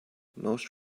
most